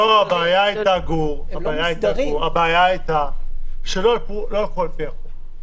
לא, גור, הבעיה הייתה שלא הלכו לפי החוק.